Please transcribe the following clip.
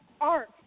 art